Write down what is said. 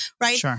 right